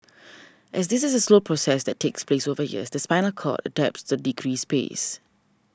as this is a slow process takes place over years the spinal cord adapts to the decreased space